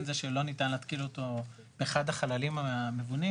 זה שלא ניתן להתקין אותו באחד החללים המבונים,